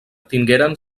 tingueren